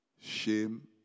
shame